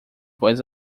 voz